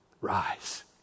Rise